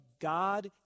God